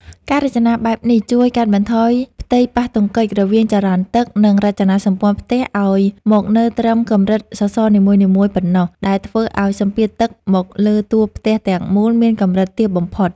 ការរចនាបែបនេះជួយកាត់បន្ថយផ្ទៃប៉ះទង្គិចរវាងចរន្តទឹក និងរចនាសម្ព័ន្ធផ្ទះឱ្យមកនៅត្រឹមកម្រិតសសរនីមួយៗប៉ុណ្ណោះ ដែលធ្វើឱ្យសម្ពាធទឹកមកលើតួផ្ទះទាំងមូលមានកម្រិតទាបបំផុត។